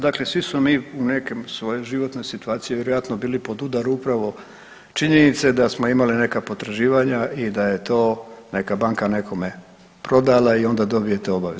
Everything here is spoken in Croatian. Dakle, svi smo mi u nekim svojim životnoj situaciji vjerojatno bili pod udaru upravo činjenice da smo imali neka potraživanja i da je to neka banka nekome prodala i onda dobijete obavijest.